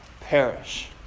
perish